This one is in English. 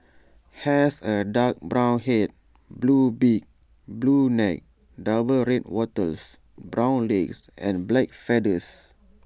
has A dark brown Head blue beak blue neck double red wattles brown legs and black feathers